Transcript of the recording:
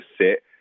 sit